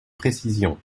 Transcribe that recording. précisions